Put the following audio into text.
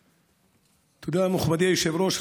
תודה, מכובדי היושב-ראש.